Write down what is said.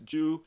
Jew